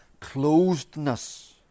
closedness